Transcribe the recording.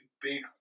big